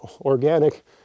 organic